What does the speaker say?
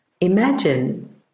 Imagine